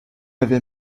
avait